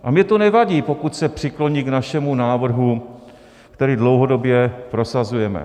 A mně to nevadí, pokud se přikloní k našemu návrhu, který dlouhodobě prosazujeme.